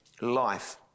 life